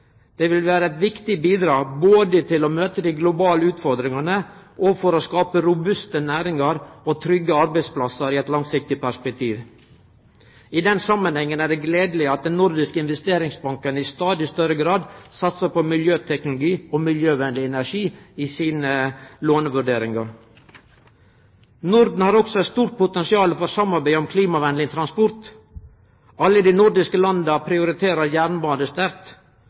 Det vil vere eit viktig bidrag både for å møte dei globale utfordringane og for å skape robuste næringar og trygge arbeidsplassar i eit langsiktig perspektiv. I den samanhengen er det gledeleg at Den nordiske investeringsbanken i stadig større grad satsar på miljøteknologi og miljøvennleg energi i sine lånevurderingar. Norden har også eit stort potensial for samarbeid om klimavennleg transport. Alle dei nordiske landa prioriterer jernbane sterkt.